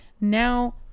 Now